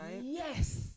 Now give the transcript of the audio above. yes